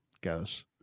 goes